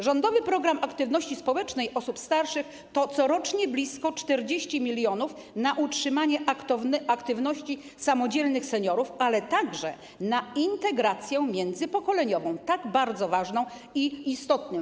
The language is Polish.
Rządowy program aktywności społecznej osób starszych to corocznie blisko 40 mln na utrzymanie aktywności samodzielnych seniorów, ale także na integrację międzypokoleniową, tak bardzo ważną i istotną.